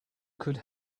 could